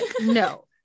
No